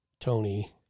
Tony